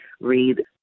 Read